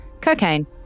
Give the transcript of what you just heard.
cocaine